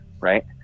right